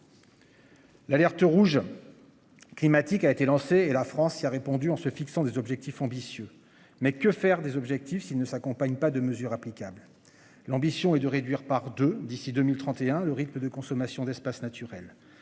L'alerte rouge. Climatique a été lancé et la France, il a répondu en se fixant des objectifs ambitieux mais que faire des objectifs s'ils ne s'accompagne pas de mesures applicables. L'ambition est de réduire par 2 d'ici 2031, le rythme de consommation d'espaces naturels